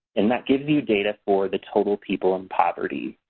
and that gives you data for the total people in poverty.